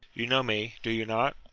you know me, do you not?